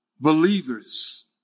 Believers